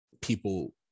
people